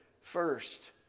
first